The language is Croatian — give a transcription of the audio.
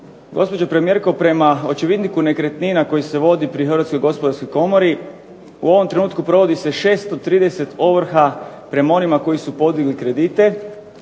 Gospođo premijerko, prema očevidniku nekretnina koji se vodi pri Hrvatskoj gospodarskoj komori u ovom trenutku provodi se 630 ovrha prema onima koji su podigli kredite,